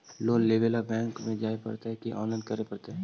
Loan लेवे ल bank में जाय पड़तै कि औनलाइन करे पड़तै?